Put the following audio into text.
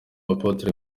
apotre